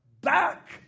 back